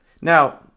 now